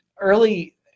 early